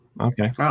okay